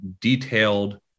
detailed